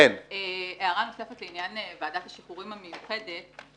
יש לי הערה נוספת לעניין ועדת השחרורים המיוחדת.